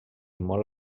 molt